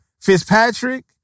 Fitzpatrick